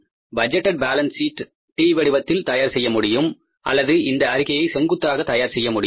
இந்த budgeted balance சீட்டை T வடிவத்தில் தயார் செய்ய முடியும் அல்லது இந்த அறிக்கையை செங்குத்தாக தயார் செய்ய முடியும்